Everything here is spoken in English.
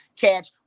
catch